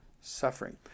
suffering